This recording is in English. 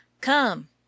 Come